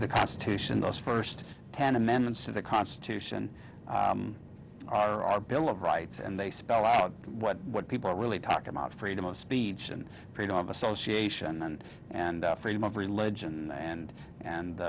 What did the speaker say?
the constitution those first ten amendments to the constitution are our bill of rights and they spell out what what people are really talking about freedom of speech and freedom of association and freedom of religion and